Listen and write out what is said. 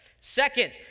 Second